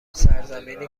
سرزمینی